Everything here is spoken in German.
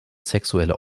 sexuelle